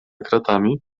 kratami